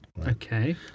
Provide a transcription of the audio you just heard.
Okay